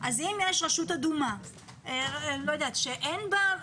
אם יש רשות אדומה שאין בה,